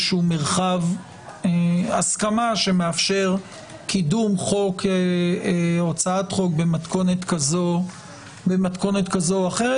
מרחב הסכמה שמאפשר קידום הצעת חוק במתכונת כזאת או אחרת,